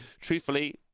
truthfully